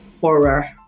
horror